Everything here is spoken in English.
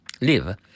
Live